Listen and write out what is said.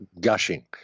gushing